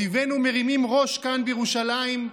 אויבינו מרימים ראש כאן, בירושלים,